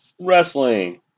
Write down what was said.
Wrestling